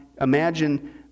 imagine